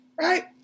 right